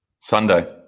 sunday